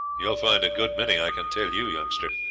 you will find a good many, i can tell you, youngster.